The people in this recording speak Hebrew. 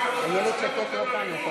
ולוועדת הכלכלה את העניינים ביטול סנקציה